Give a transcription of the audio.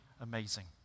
amazing